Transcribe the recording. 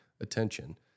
attention